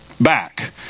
back